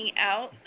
out